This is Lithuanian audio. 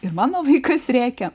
ir mano vaikas rėkia